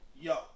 Yo